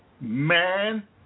man